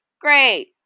Great